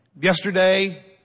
Yesterday